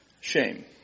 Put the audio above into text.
Shame